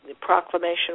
proclamation